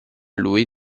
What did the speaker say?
lui